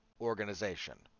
organization